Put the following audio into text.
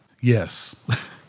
Yes